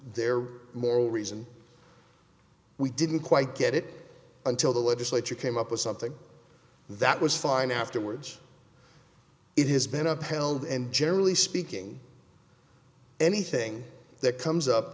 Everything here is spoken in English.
their moral reason we didn't quite get it until the legislature came up with something that was fine afterwards it has been upheld and generally speaking anything that comes up